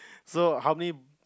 so how many